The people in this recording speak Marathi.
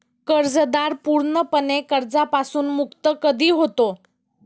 कर्जदार पूर्णपणे कर्जापासून मुक्त कधी होतो?